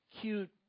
cute